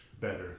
better